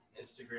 Instagram